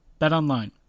BetOnline